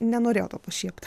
nenorėjau to pašiept